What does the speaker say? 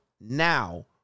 now